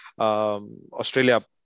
Australia